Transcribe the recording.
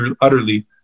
utterly